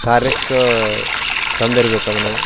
ಕಾರ್ಯಕ್ಕೆ ತಂದಿರ್ಬೇಕು ಅದನ್ನು